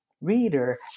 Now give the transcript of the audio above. reader